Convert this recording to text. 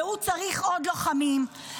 והוא צריך עוד לוחמים.